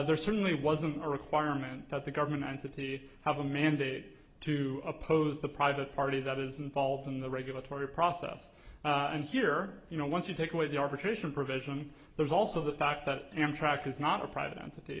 ere certainly wasn't a requirement that the government entity have a mandate to oppose the private party that is involved in the regulatory process and here you know once you take away the arbitration provision there's also the fact that amtrak is not a private entity